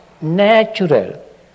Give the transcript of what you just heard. natural